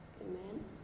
Amen